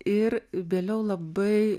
ir vėliau labai